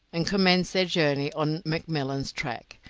and commenced their journey on mcmillan's track,